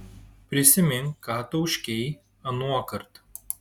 prisimink ką tauškei anuokart